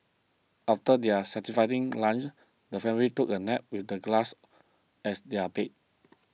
after their satisfying lunch the family took a nap with the grass as their bed